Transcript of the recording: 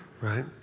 right